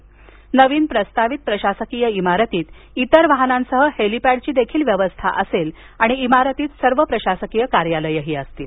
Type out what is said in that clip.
तसंच नवीन प्रस्तावित प्रशासकीय इमारतीत इतर वाहनांसह हेलिपॅडची देखील व्यवस्था असेल आणि एकाच इमारतीत सर्व प्रशासकीय कार्यालयं असतील